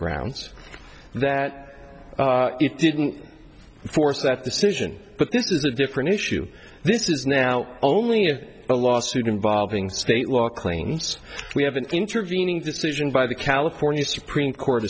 grounds that it didn't force that decision but this is a different issue this is now only if a lawsuit involving state law claims we have an intervening decision by the california supreme court